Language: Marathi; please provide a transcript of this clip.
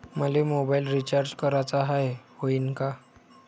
मले मोबाईल रिचार्ज कराचा हाय, होईनं का?